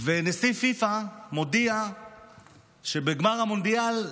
ונשיא פיפ"א מודיע שבגמר המונדיאל,